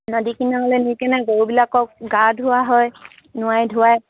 নদী কিনাৰলৈ নি কিনি গৰুবিলাকক গা ধুওৱা হয় নোৱাই ধোৱাই